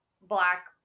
black